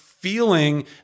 Feeling